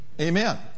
Amen